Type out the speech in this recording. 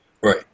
Right